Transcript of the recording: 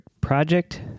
Project